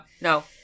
no